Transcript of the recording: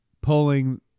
pulling